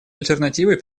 альтернативой